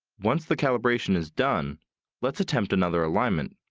once the calibration is done let's attempt another alignment.